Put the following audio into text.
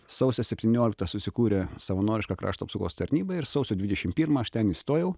sausio septynioliktą susikūrė savanoriška krašto apsaugos tarnyba ir sausio dvidešim pirmą aš ten įstojau